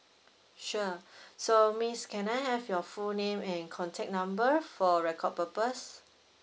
sure so miss can I have your full name and contact number for record purpose